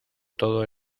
todo